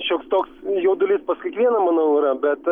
šioks toks jaudulys pas kiekvieną manau yra bet